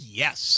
yes